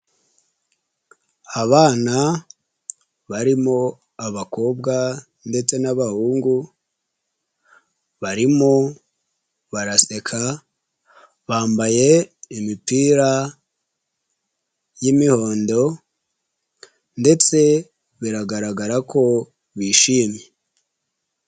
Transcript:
Abana barimo abakobwa ndetse n'abahungu barimo baraseka bambaye imipira y'imihondo ndetse biragaragara ko bishimye.